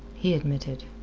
he admitted.